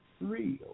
real